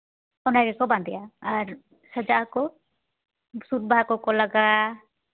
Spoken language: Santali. ᱚᱱᱟ ᱜᱮᱠᱚ ᱵᱟᱸᱫᱮᱜᱼᱟ ᱟᱨ ᱥᱟᱡᱟᱜ ᱟᱠᱚ ᱥᱩᱫ ᱵᱟᱦᱟ ᱠᱚᱠᱚ ᱞᱟᱜᱟᱣᱟ